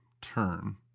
turn